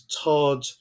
Todd